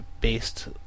based